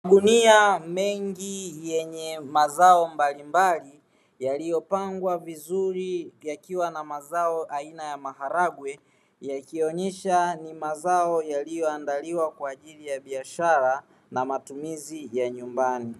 Magunia mengi yenye mazao mbalimbali yaliyopangwa vizuri yakiwa na mazao aina ya maharagwe, yakionyesha ni mazao yaliyoandaliwa kwa ajili ya biashara na matumizi ya nyumbani.